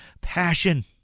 Passion